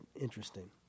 interesting